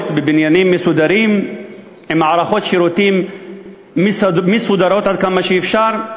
ובבניינים מסודרים עם מערכות שירותים מסודרות עד כמה שאפשר,